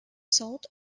salt